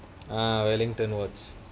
ah wellington watch